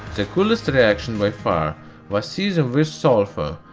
the coolest reaction by far was cesium with sulfur.